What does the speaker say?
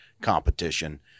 competition